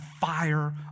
fire